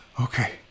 okay